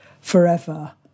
forever